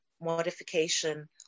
modification